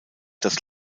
das